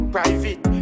Private